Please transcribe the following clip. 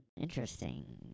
Interesting